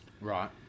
...right